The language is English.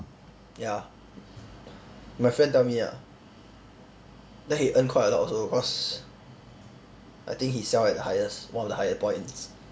ya my friend tell me ah then he earn quite a lot also cause I think he sell at the highest one of the higher points